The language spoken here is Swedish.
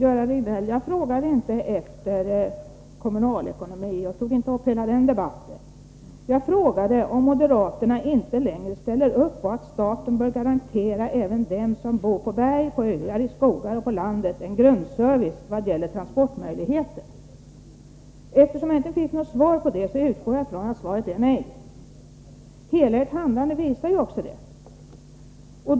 Fru talman! Jag frågade inte efter kommunalekonomi, Göran Riegnell. Jag tog inte upp hela den debatten, utan jag frågade om moderaterna inte längre ställer upp på att staten bör garantera även dem som bor på berg, på öar, i skogar och på landet en grundservice vad gäller transportmöjligheter. Eftersom jag inte fick något svar på det, utgår jag från att svaret är nej. Hela ert handlande visar också detta.